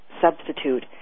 substitute